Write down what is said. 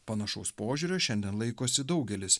panašaus požiūrio šiandien laikosi daugelis